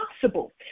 possible